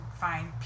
find